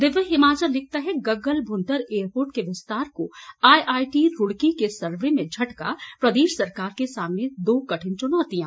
दिव्य हिमाचल लिखता है गगल मुंतर एयरपोर्ट के विस्तार को आईआईटी रूड़की के सर्वे में झटका प्रदेश सरकार के सामने दो कठिन चुनौतियां